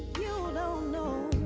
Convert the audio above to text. no no